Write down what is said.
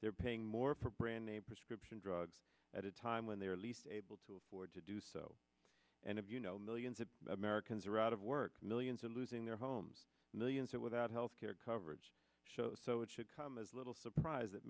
they're paying more for brand name prescription drugs at a time when they are least able to afford to do so and if you know millions of americans are out of work millions are losing their homes millions are without health care coverage shows so it should come as little surprise